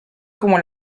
como